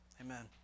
amen